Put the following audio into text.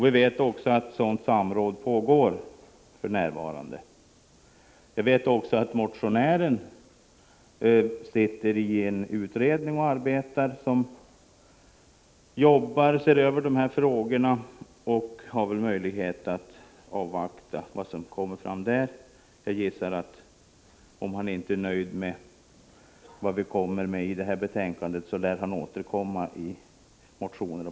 Vi vet också att sådant samråd pågår för närvarande. Vidare vet vi att motionären sitter i en utredning som arbetar med att se över dessa frågor. Det finns väl anledning att avvakta vad som kommer fram i den utredningen. Jag gissar att om motionären inte är nöjd med det vi framfört i utskottsbetänkandet, så återkommer han med motioner.